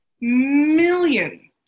million